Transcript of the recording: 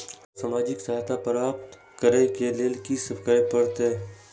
हमरा सामाजिक सहायता प्राप्त करय के लिए की सब करे परतै?